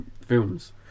films